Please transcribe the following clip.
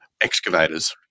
Excavators